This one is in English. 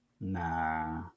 Nah